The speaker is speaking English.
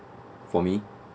for me